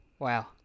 Wow